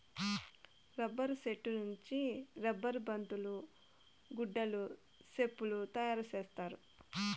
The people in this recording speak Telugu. రబ్బర్ సెట్టు నుంచి రబ్బర్ బంతులు గుడ్డలు సెప్పులు తయారు చేత్తారు